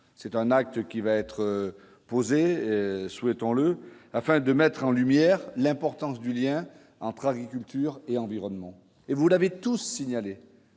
c'est un acte qui va être posée, souhaitons-le, afin de mettre en lumière l'importance du lien entre agriculture et environnement et vous l'avez tous signalés